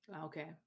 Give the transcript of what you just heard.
Okay